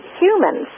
humans